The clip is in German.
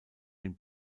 den